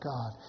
God